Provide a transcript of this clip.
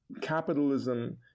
capitalism